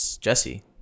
Jesse